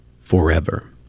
forever